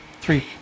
three